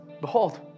behold